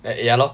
ya lor